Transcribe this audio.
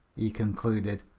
he concluded.